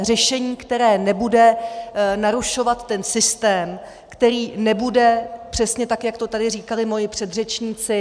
Řešení, které nebude narušovat ten systém, který nebude přesně tak, jak to tady říkali moji předřečníci